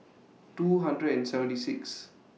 two hundred and seventy six